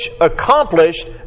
accomplished